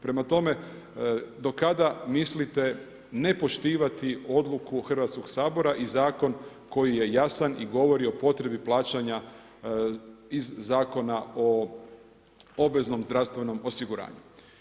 Prema tome, do kada mislite ne poštivati odluku Hrvatskoga sabora i zakon koji je jasan i govori o potrebi plaćanja iz Zakona o obveznom zdravstvenom osiguranju?